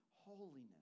holiness